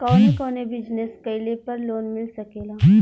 कवने कवने बिजनेस कइले पर लोन मिल सकेला?